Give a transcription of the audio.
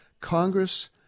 Congress